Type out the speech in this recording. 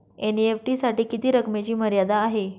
NEFT साठी किती रकमेची मर्यादा आहे?